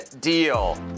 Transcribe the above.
deal